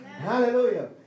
Hallelujah